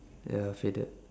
ya faded